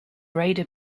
raider